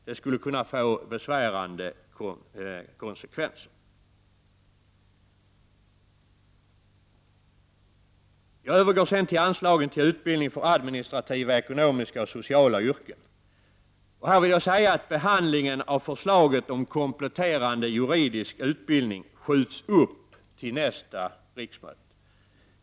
Det skulle kunna få besvärande konsekvenser. Jag övergår nu till anslaget till utbildning för administrativa, ekonomiska och sociala yrken. Behandlingen av förslaget om kompletterande juridisk utbildning skjuts upp till nästa riksmöte.